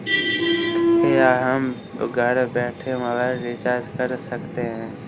क्या हम घर बैठे मोबाइल रिचार्ज कर सकते हैं?